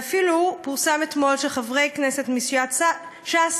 ואפילו פורסם אתמול שחברי כנסת מסיעת ש"ס